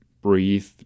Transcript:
breathe